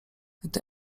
gdy